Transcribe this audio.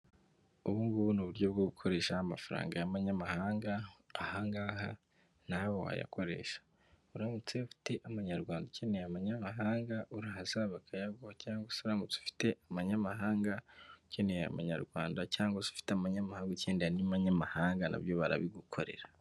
Ubu ngubu ni uburyo bwo gukoresha amafaranga y'amanyamahanga aha ngaha nawe wayakoresha, uramutse ufite amanyarwanda ukeneye amanyamahanga uraza bakayaguha, cyangwa se uramutse ufite amanyamahanga ukeneye amanyarwanda cyangwa se ufite amanyamahanga ukeneye andi ma manyamahanga nabyo barabigukorera.